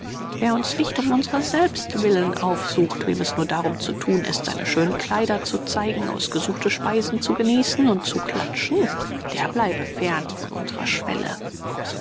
wer uns nicht um unserer selbst willen aufsucht wem es nur darum zu thun ist seine schönen kleider zu zeigen ausgesuchte speisen zu genießen und zu klatschen der bleibe fern von unserer schwelle